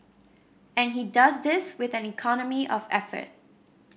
and he does this with an economy of effort